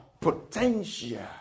potential